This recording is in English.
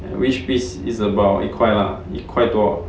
which piece is about 一块 lah 一块多